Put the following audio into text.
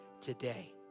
today